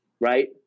right